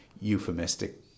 euphemistic